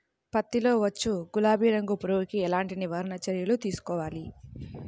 పత్తిలో వచ్చు గులాబీ రంగు పురుగుకి ఎలాంటి నివారణ చర్యలు తీసుకోవాలి?